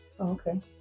Okay